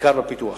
המחקר והפיתוח.